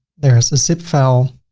there is zip file,